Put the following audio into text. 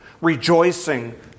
rejoicing